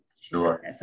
Sure